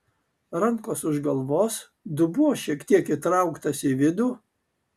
rankos už galvos dubuo šiek tiek įtrauktas į vidų